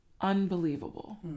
unbelievable